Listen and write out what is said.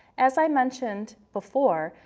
as i mentioned before,